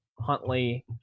Huntley